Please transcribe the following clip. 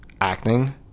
acting